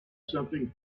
something